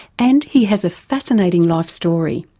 and he has a fascinating life story.